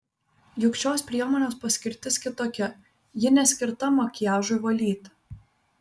juk šios priemonės paskirtis kitokia ji neskirta makiažui valyti